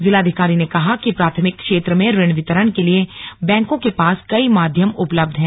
जिलाधिकारी ने कहा कि प्राथमिक क्षेत्र में ऋण वितरण के लिए बैंकों के पास कई माध्यम उपलब्ध है